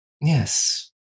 Yes